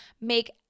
make